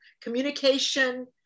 communication